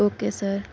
okay sir